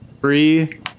Three